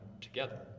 together